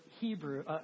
Hebrew